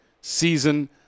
season